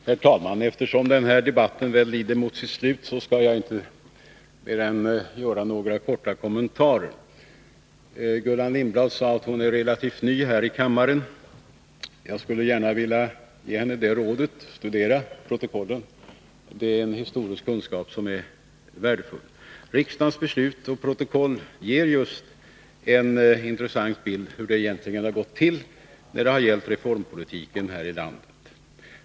Herr talman! Eftersom den här debatten väl lider mot sitt slut skall jag inte göra mer än några korta kommentarer. Gullan Lindblad sade att hon är relativt ny här i kammaren. Jag skulle gärna vilja ge henne rådet att studera protokollen. De förmedlar en värdefull historisk kunskap. Riksdagens beslut och protokoll ger en intressant bild av hur det egentligen har gått till när det har gällt reformpolitiken här i landet.